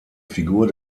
figur